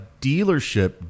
dealership